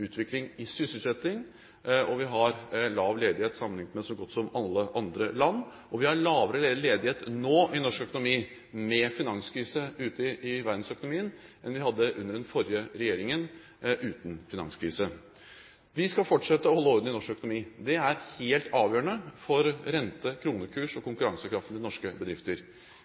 utvikling i sysselsetting. Vi har lav ledighet sammenlignet med så godt som alle andre land, og vi har lavere ledighet nå i norsk økonomi med finanskrise ute i verdensøkonomien enn vi hadde under den forrige regjeringen uten finanskrise. Vi skal fortsette å holde orden i norsk økonomi. Det er helt avgjørende for rente, kronekurs og konkurransekraften til norske bedrifter.